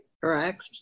Correct